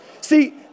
See